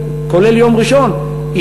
כולל יום ראשון,